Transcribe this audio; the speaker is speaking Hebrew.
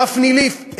דפני ליף,